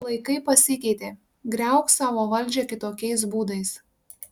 laikai pasikeitė griauk savo valdžią kitokiais būdais